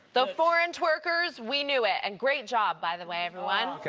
the foreign twerkers, we knew it. and great job, by the way, everyone.